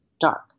dark